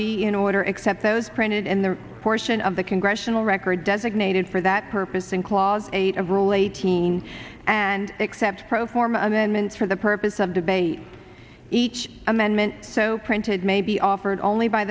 be in order except those printed in the portion of the congressional record designated for that purpose in clause eight of rule eighteen and except pro forma amendments for the purpose of debate each amendment so printed may be offered only by